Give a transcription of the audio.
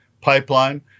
pipeline